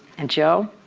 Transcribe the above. and joe,